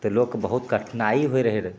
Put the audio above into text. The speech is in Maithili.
तऽ लोकके बहुत कठिनाइ होइ रहै रहे